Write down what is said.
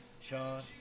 Sean